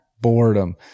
boredom